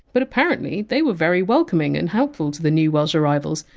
but apparently they were very welcoming and helpful to the new welsh arrivals,